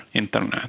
Internet